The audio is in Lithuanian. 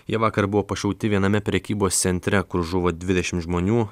jie vakar buvo pašauti viename prekybos centre kur žuvo dvidešimt žmonių